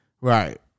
Right